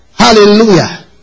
Hallelujah